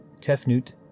Tefnut